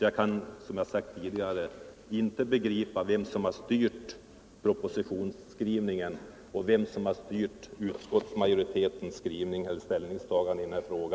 Jag kan därför, som jag sagt tidigare, inte begripa vem som styrt propositionsskrivningen och vem som styrt utskottsmajoritetens ställningstagande i denna fråga.